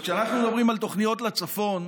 כשאנחנו מדברים על תוכניות לצפון,